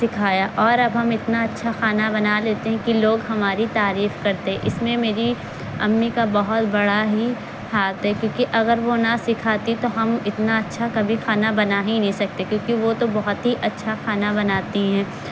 سکھایا اور اب ہم اتنا اچھا کھانا بنالیتے ہیں کہ لوگ ہماری تعریف کرتے اس میں میری امی کا بہت بڑا ہی ہاتھ ہے کیوںکہ اگر وہ نہ سکھاتی تو ہم اتنا اچھا کبھی کھانا بنا ہی نہیں سکتے کیوںکہ وہ تو بہت ہی اچھا کھانا بناتی ہیں